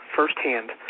firsthand